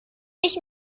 ich